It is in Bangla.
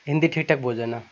হিন্দি ঠিকঠাক বোঝে না